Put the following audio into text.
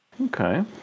Okay